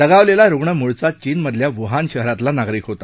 दगावलेला रुग्ण मुळचा चीनमधल्या वूहान शहरातला नागरिक होता